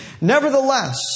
Nevertheless